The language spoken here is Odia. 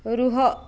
ରୁହ